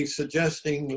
suggesting